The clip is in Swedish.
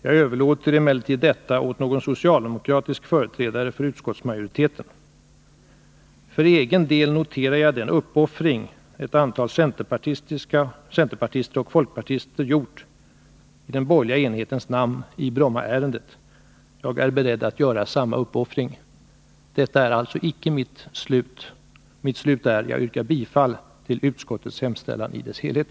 Jag överlåter emellertid detta åt någon socialdemokratisk företrädare för majoriteten. För egen del noterar jag den uppoffring ett antal centerpartister och folkpartister gjort i den borgerliga enighetens namn i Brommaärendet. Jag är beredd att göra samma uppoffring.” Men detta kan alltså icke bli mina slutord. I stället yrkar jag bifall till utskottets hemställan i dess helhet.